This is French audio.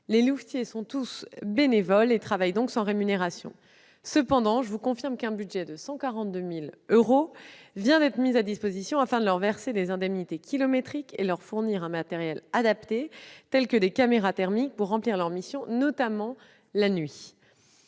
Ils sont tous bénévoles et travaillent donc sans percevoir de rémunération. Cependant, je vous confirme qu'un budget de 142 000 euros vient d'être mis à disposition afin de leur verser des indemnités kilométriques et de leur fournir un matériel adapté, tel que des caméras thermiques, pour remplir leur mission, notamment la nuit.